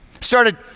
Started